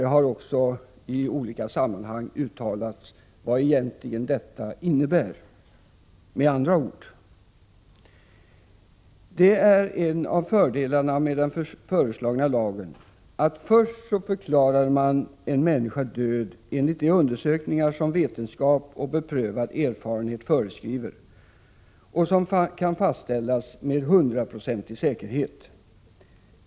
I olika sammanhang har det också uttalats vad detta i själva verket innebär. Det är en av fördelarna med den föreslagna lagen, att först förklaras en människa död enligt de undersökningar som vetenskap och beprövad erfarenhet föreskriver och vars resultat kan fastställas med hundraprocentig säkerhet.